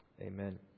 Amen